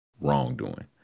wrongdoing